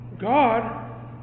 God